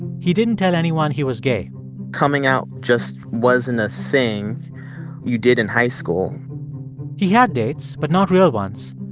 he didn't tell anyone he was gay coming out just wasn't a thing you did in high school he had dates but not real ones.